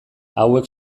hauek